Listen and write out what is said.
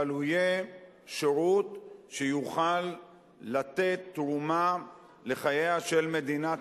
אבל הוא יהיה שירות שיוכל לתת תרומה לחייה של מדינת